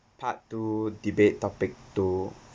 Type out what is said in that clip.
part two debate topic two